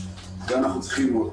ואנחנו צריכים עוד.